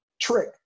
trick